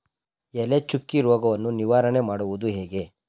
ಎಲೆ ಚುಕ್ಕಿ ರೋಗವನ್ನು ನಿವಾರಣೆ ಮಾಡುವುದು ಹೇಗೆ?